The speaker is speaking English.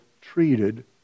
treated